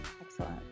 Excellent